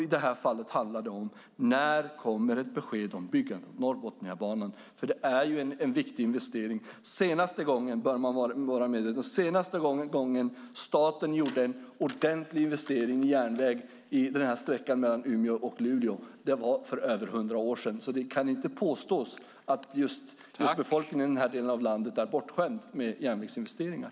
I det här fallet handlar det om när ett besked om byggandet av Norrbotniabanan kommer. Det är ju en viktig investering. Man bör vara medveten om att senaste gången staten gjorde en ordentlig investering i järnväg på sträckan mellan Umeå och Luleå var för över hundra år sedan. Det kan inte påstås att befolkningen i den här delen av landet är bortskämd med järnvägsinvesteringar.